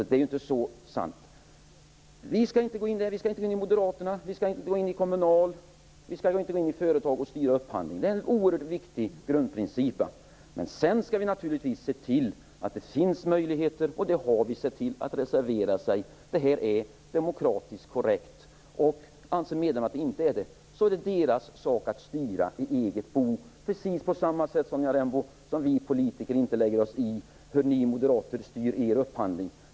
Det är inte så sant. Vi skall inte styra upphandlingen hos företag, Kommunal eller Moderaterna. Det är en oerhört viktig grundprincip. Men vi skall naturligtvis se till att det finns möjligheter att reservera sig. Det är demokratiskt korrekt. Om medlemmarna inte anser det är det deras sak att styra i eget bo - precis på samma sätt, Sonja Rembo, som vi politiker inte lägger oss i hur ni moderater styr er upphandling.